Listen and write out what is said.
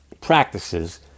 practices